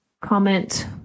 comment